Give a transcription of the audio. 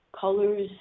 colors